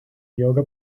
yoga